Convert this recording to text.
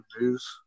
news